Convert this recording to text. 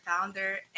founder